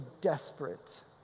desperate